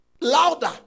louder